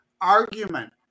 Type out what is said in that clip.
argument